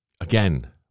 Again